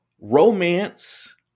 romance